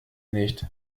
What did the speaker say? nicht